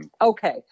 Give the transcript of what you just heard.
Okay